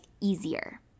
easier